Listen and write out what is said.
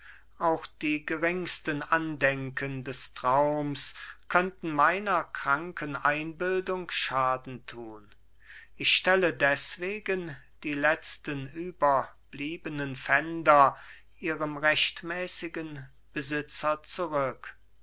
auch die geringsten andenken des traums könnten meiner kranken einbildung schaden tun ich stelle deswegen die letzten überbliebenen pfänder ihrem rechtmäßigen besitzer zurück